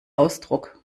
ausdruck